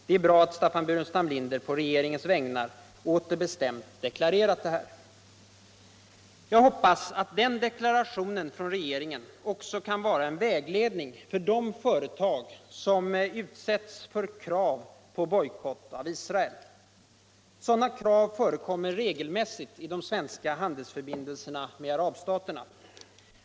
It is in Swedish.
Det är bra att Stalfan Burenstam Linder på regeringens vägnar åter bestämt deklarerar detta. Jag hoppas att den deklarationen från regeringen också kan vara en vägledning för de företag som utsätts för krav på bojkott av Israel. Sådana krav förekommer regelmässigt i de svenska handelsförbindelserna med arabstaterna.